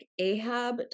Ahab